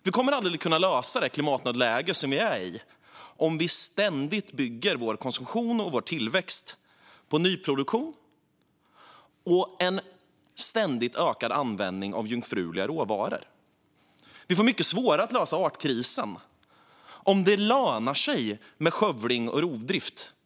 Vi kommer aldrig att kunna lösa det klimatläge vi befinner oss i om vi bygger vår konsumtion och vår tillväxt på en ständig nyproduktion och en ständigt ökad användning av jungfruliga råvaror. Vi får mycket svårare att lösa artkrisen om det lönar sig med skövling och rovdrift.